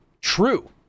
True